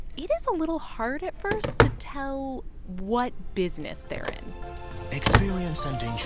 it is a little hard at first to tell what business they're in experience and